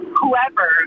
whoever